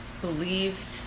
believed